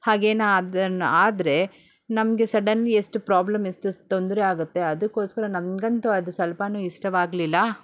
ಹಾಗೇನಾದರು ಆದರೆ ನಮಗೆ ಸಡನ್ ಎಷ್ಟು ಪ್ರಾಬ್ಲಮ್ ಎಷ್ಟು ತೊಂದರೆ ಆಗುತ್ತೆ ಅದಕ್ಕೋಸ್ಕರ ನಮಗಂತೂ ಅದು ಸ್ವಲ್ಪಾವೂ ಇಷ್ಟವಾಗ್ಲಿಲ್ಲ